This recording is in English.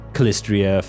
Calistria